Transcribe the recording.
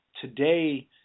today